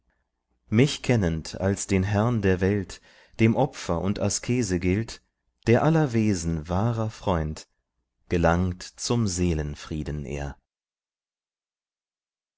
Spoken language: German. mich kennend als den herrn der welt dem opfer und askese gilt der aller wesen wahrer freund gelangt zum seelenfrieden er